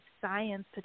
science